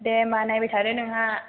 दे होम्बा नायबाय थादो नोंहा